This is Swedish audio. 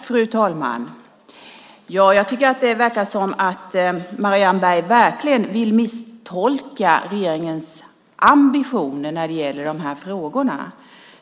Fru talman! Jag tycker att det verkar som att Marianne Berg verkligen vill misstolka regeringens ambitioner i de här frågorna.